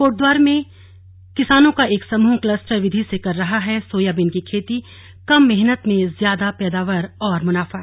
कोटद्वार में किसानों का एक समूह क्लस्टर विधि से कर रहा है सोयाबीन की खेतीकम मेहनत में ज्यादा पैदावार और मुनाफा